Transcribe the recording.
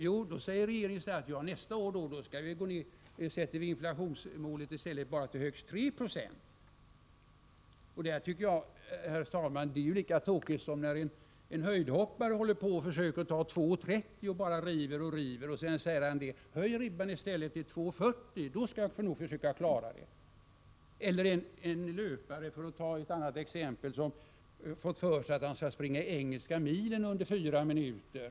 Jo, då säger man: För nästa år sänker vi inflationsmålet och sätter det till högst 3 96. Det är ju, herr talman, lika tokigt som om en höjdhoppare som försöker — Nr 11 klara 2.30 men hela tiden misslyckas skulle säga: Höj ribban till 2.40 i stället! Torsdagen den Då skall jag nog klara det. 18 oktober 1984 Man kan också, för att ta ett annat exempel, jämföra med en löpare som fått för sig att han skall springa engelska milen under 4 minuter.